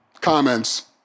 comments